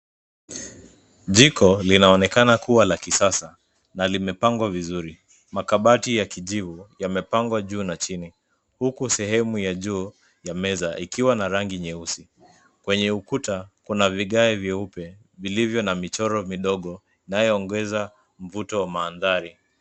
Jiko linaonekana kuwa la kisasa, na limepangwa vizuri. Makabati ya kijivu yamepangwa juu na chini, huku sehemu ya juu ya meza ikiwa na rangi nyeusi .Kwenye ukuta, kuna vigae vyeupe vilivyo na michoro midogo inayoongeza mvuto wa mandhari.